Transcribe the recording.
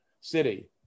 city